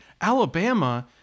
Alabama